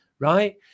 Right